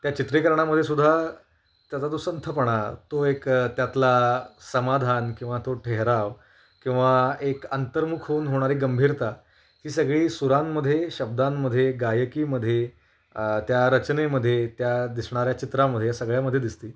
त्या चित्रीकरणामध्ये सुद्धा त्याचा जो संथपणा तो एक त्यातला समाधान किंवा तो ठेहराव किंवा एक अंतर्मुख होऊन होणारी गंभीरता ही सगळी सुरांमध्ये शब्दांमध्ये गायकीमध्ये त्या रचनेमध्ये त्या दिसणाऱ्या चित्रामध्ये या सगळ्यामध्ये दिसते